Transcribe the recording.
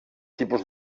tipus